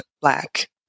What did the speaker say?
black